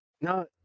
no